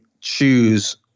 choose